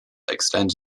extend